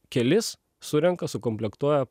kelis surenka sukomplektuoja